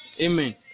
amen